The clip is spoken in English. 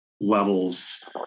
levels